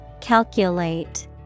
Calculate